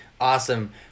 Awesome